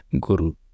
Guru